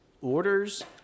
orders